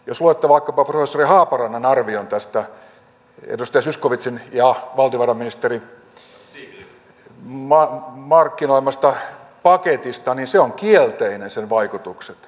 jos luette vaikkapa professori haaparannan arvion tästä edustaja zyskowiczin ja valtiovarainministerin markkinoimasta paketista niin sen vaikutukset ovat kielteiset